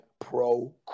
Pro